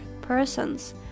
persons